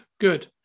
good